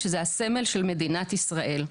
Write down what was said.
שזה סמלה של מדינת ישראל.